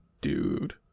dude